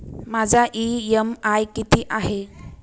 माझा इ.एम.आय किती आहे?